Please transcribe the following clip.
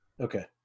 Okay